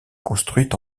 construite